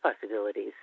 possibilities